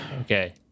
Okay